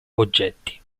oggetti